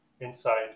inside